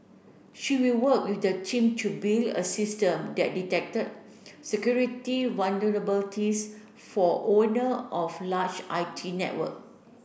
she will work with the team to build a system that detected security vulnerabilities for owner of large I T network